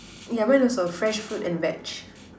yeah mine also fresh fruit and veg